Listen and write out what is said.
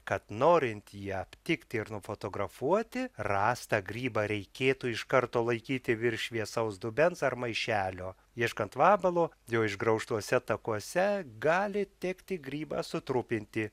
kad norint jį aptikti ir nufotografuoti rastą grybą reikėtų iš karto laikyti virš šviesaus dubens ar maišelio ieškant vabalo jo išgraužtuose takuose gali tekti grybą sutrupinti